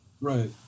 Right